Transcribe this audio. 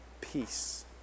peace